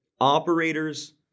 operators